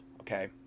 okay